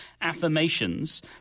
affirmations